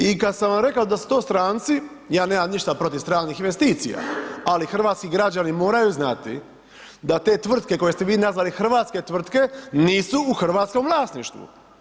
I kada sam vam rekao da su to stranci, ja nemam ništa protiv stranih investicija, ali hrvatski građani moraju znati, da te tvrtke koje ste vi nazvali hrvatske tvrtke, nisu u hrvatskom vlasništvu.